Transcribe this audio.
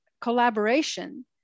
collaboration